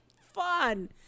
fun